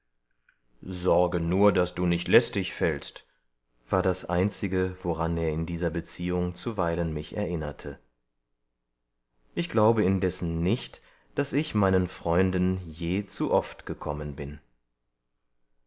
sorge nur daß du nicht lästig fällst war das einzige woran er in dieser beziehung zuweilen mich erinnerte ich glaube indessen nicht daß ich meinen freunden je zu oft gekommen bin